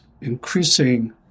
increasing